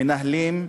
מנהלים,